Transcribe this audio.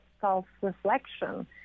self-reflection